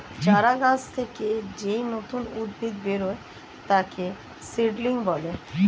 চারা গাছ থেকে যেই নতুন উদ্ভিদ বেরোয় তাকে সিডলিং বলে